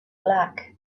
black